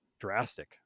drastic